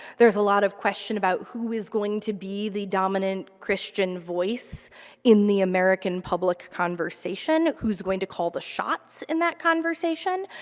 there's a lot of question about who is going to be the dominant christian voice in the american public conversation, who's going to call the shots in that conversation.